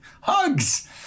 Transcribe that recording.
hugs